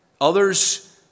others